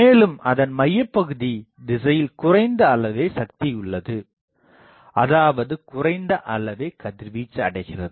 மேலும் அதன் மையப்பகுதி திசையில் குறைந்த அளவே சக்தியுள்ளது அதாவது குறைந்த அளவே கதிர்வீச்சு அடைகிறது